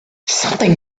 something